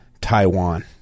Taiwan